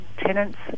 tenants